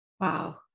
Wow